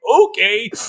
okay